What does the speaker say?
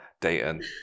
Dayton